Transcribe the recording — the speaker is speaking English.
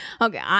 Okay